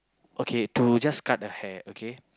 okay to just cut the hair okay